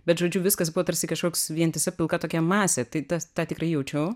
bet žodžiu viskas buvo tarsi kažkoks vientisa pilka tokia masė tai tas tą tikrai jaučiau